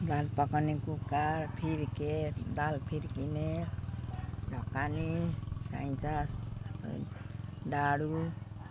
दाल पकाउने कुकर फिर्के दाल फिर्काउने ढकनी चाहिन्छ डाडु